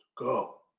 Go